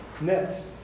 Next